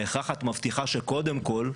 בכך את מבטיחה שקודם כל,